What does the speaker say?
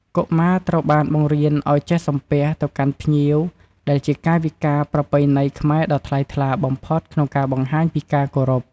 កុមារត្រូវបានបង្រៀនឲ្យ ចេះសំពះ ទៅកាន់ភ្ញៀវ ដែលជាកាយវិការប្រពៃណីខ្មែរដ៏ថ្លៃថ្លាបំផុតក្នុងការបង្ហាញពីការគោរព។